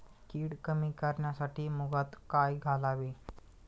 कीड कमी करण्यासाठी मुगात काय घालावे?